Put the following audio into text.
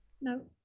No